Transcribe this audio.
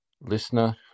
listener